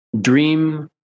Dream